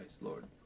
Lord